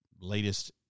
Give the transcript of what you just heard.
latest